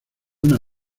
una